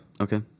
Okay